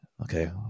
okay